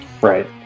Right